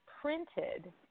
printed